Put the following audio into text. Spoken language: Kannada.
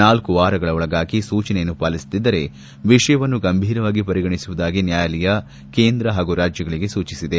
ನಾಲ್ಕು ವಾರಗಳೊಳಗೆ ಸೂಚನೆಯನ್ನು ಪಾಲಿಸದಿದ್ದರೆ ವಿಷಯವನ್ನು ಗಂಭೀರವಾಗಿ ಪರಿಗಣಿಸುವುದಾಗಿ ನ್ಲಾಯಾಲಯ ಕೇಂದ್ರ ಹಾಗೂ ರಾಜ್ಲಗಳಿಗೆ ಸೂಚಿಸಿದೆ